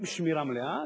עם שמירה מלאה.